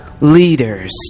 leaders